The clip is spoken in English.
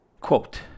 quote